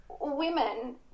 women